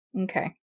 Okay